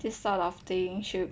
this sort of thing should